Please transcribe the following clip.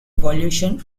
evolution